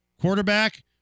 quarterback